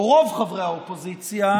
רוב חברי האופוזיציה,